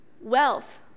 Wealth